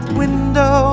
window